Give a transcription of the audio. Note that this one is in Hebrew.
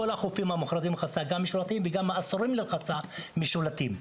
כל החופים המוכרזים וגם אלה שאסורים לרחצה משולטים.